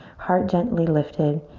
heart gently lifted.